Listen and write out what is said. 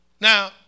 now